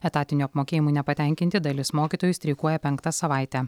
etatiniu apmokėjimu nepatenkinti dalis mokytojų streikuoja penktą savaitę